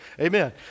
Amen